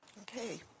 Okay